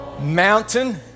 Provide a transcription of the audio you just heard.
Mountain